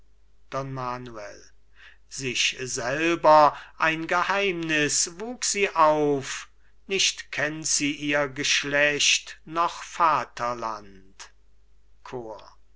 manuel sich selber ein geheimniß wuchs sie auf nicht kennt sie ihr geschlecht noch vaterland chor